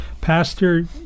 Pastor